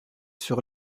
sur